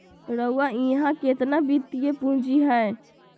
रउरा इहा केतना वित्तीय पूजी हए